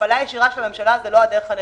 הפעלה ישירה של הממשלה אינה הדרך הנכונה.